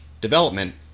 development